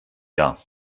jahr